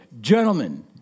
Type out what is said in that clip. gentlemen